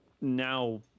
now